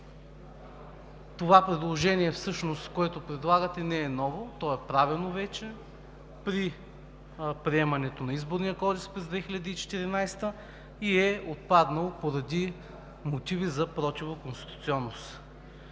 Това предложение, което предлагате, не е ново, то е правено вече при приемането на Изборния кодекс през 2014 г. и е отпаднало поради мотиви за противоконституционност.